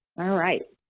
alright.